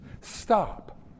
stop